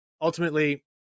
ultimately